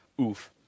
Oof